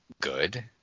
good